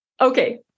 Okay